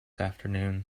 afternoon